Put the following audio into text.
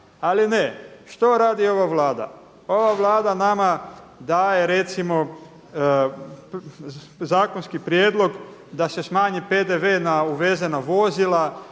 Ali ne. Što radi ova Vlada? Ova Vlada nama daje recimo zakonski prijedlog da se smanji PDV na uvezena vozila,